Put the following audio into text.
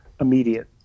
immediate